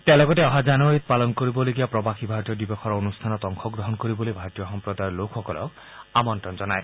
তেওঁ লগতে অহা জানুৱাৰীত পালন কৰিবলগীয়া প্ৰৱাসী ভাৰতীয় দিৱসৰ অনুষ্ঠানত অংশগ্ৰহণ কৰিবলৈ ভাৰতীয় সম্প্ৰদায়ৰ লোকসকলক আমন্তণ জনায়